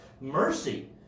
mercy